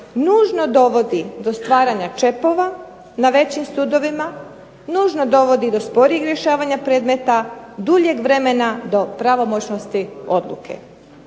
nužno dovodi do stvaranja čepova na većim sudovima, nužno dovodi do sporijeg rješavanja predmeta, duljeg vremena do pravomoćnosti odluke.